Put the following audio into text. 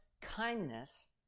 kindness